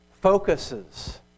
focuses